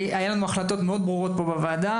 כי היו לנו החלטות מאוד ברורות פה בוועדה,